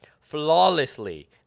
flawlessly